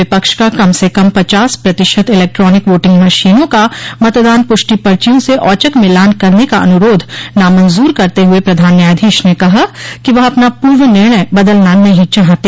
विपक्ष का कम से कम पचास प्रतिशत इलेक्ट्रॉनिक वोटिंग मशीनों का मतदान प्रष्टि पर्चियों से औचक मिलान करने का अनुरोध नामंजूर करते हुए प्रधान न्यायाधीश ने कहा कि वह अपना पूर्व निर्णय बदलना नहीं चाहते